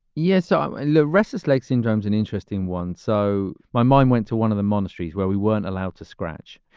yes. so and lyricist like syndromes and interesting one. so my mind went to one of the monasteries where we weren't allowed to scratch.